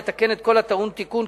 לתקן את כל הטעון תיקון,